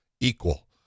equal